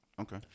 Okay